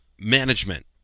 Management